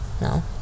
No